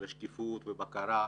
של שקיפות ובקרה,